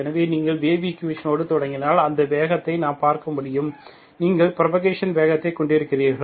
எனவே நீங்கள் வேவ் ஈக்குவேஷனோடு தொடங்கினால் அந்த வேகத்தை நாம் பார்க்க முடியும் நீங்கள் புரபோகேஷன் வேகத்தைக் கொண்டிருக்கிறீர்கள்